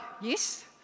yes